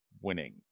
winning